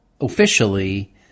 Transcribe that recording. officially